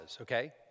Okay